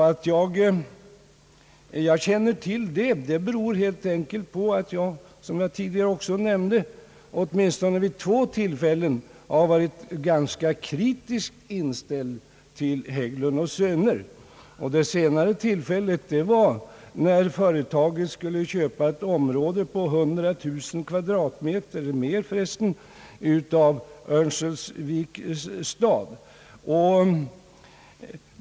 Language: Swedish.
Att jag känner till detta beror helt enkelt på att jag, som jag också tidigare nämnde, åtminstone vid två tillfällen har varit ganska kritiskt inställd till Hägglund & Söner. Det senaste tillfället var när företaget skulle köpa ett område på drygt 100 000 kvadratmeter av Örnsköldsviks stad.